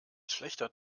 schlechter